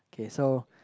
okay so